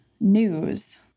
News